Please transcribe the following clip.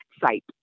site